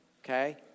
okay